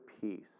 peace